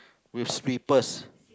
with slippers